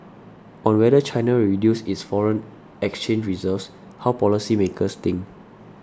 on whether China will reduce its foreign exchange reserves how policymakers think